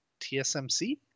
TSMC